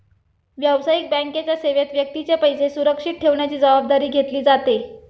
व्यावसायिक बँकेच्या सेवेत व्यक्तीचे पैसे सुरक्षित ठेवण्याची जबाबदारी घेतली जाते